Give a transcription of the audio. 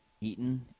Eaten